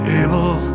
able